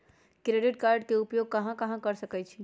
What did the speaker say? Credit card के उपयोग कहां कहां कर सकईछी?